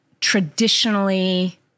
traditionally